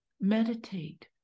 Meditate